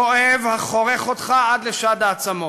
כואב, החורך אותך עד לשד העצמות.